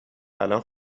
الان